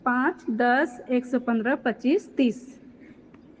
पाँच दश एक सए पन्द्रह पचीस तीस